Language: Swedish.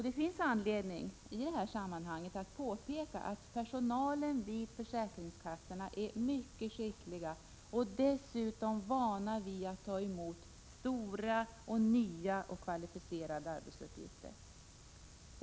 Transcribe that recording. Det finns i det här sammanhanget anledning att påpeka att personalen vid försäkringskassorna är mycket skicklig och dessutom van att ta emot stora, nya och kvalificerade arbetsuppgifter.